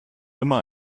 immer